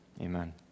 amen